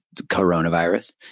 coronavirus